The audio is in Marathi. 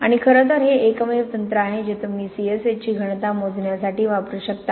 आणि खरं तर हे एकमेव तंत्र आहे जे तुम्ही CSH ची घनता मोजण्यासाठी वापरू शकता